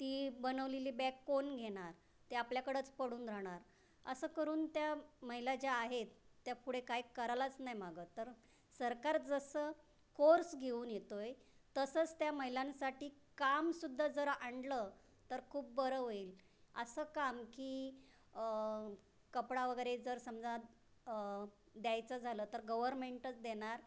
ती बनवलेली बॅग कोण घेणार ते आपल्याकडंच पडून राहणार असं करून त्या महिला ज्या आहेत त्या पुढे काय करायलाच नाही मागत तर सरकार जसं कोर्स घेऊन येतो आहे तसंच त्या महिलांसाठी काम सुद्धा जरा आणलं तर खूप बरं होईल असं काम की कपडा वगैरे जर समजा द्यायचं झालं तर गवरमेंटच देणार